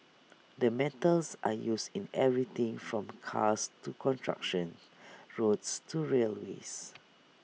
the metals are used in everything from cars to construction roads to railways